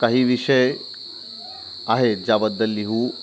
काही विषय आहेत ज्याबद्दल लिहू